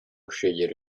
scegliere